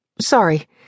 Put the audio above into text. Sorry